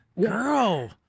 Girl